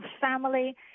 family